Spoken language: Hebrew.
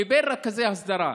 לבין רכזי הסדרה.